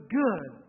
good